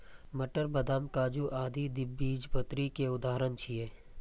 मटर, बदाम, काजू आदि द्विबीजपत्री केर उदाहरण छियै